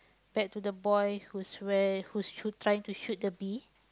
back to the boy who's where who's shoot trying to shoot the bee